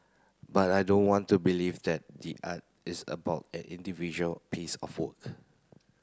but I don't want to believe that the art is about an individual piece of work